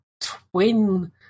twin